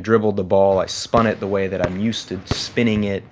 dribbled the ball. i spun it the way that i'm used to spinning it.